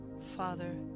Father